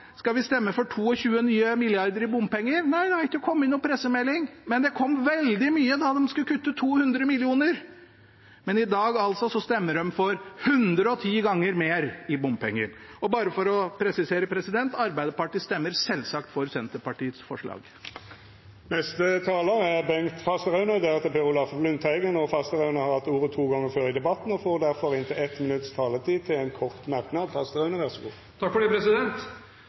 skal de stemme for 22 nye milliarder i bompenger. Nei, det har ikke kommet noen pressemelding, men det kom veldig mye da de skulle kutte 200 mill. kr. I dag stemmer de altså for 110 ganger mer i bompenger. Bare for å presisere det: Arbeiderpartiet stemmer selvsagt for Senterpartiets forslag. Representanten Bengt Fasteraune har hatt ordet to gonger tidlegare og får ordet til ein kort merknad, avgrensa til 1 minutt. Denne debatten har vist at den eneste grunnen til å utsette debatten var de interne forhold i Fremskrittspartiet, godt beskrevet av representanten Lundteigen om Fremskrittspartiets sjel. Det